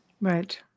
Right